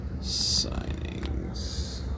Signings